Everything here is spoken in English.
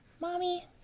Mommy